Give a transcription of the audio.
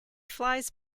flies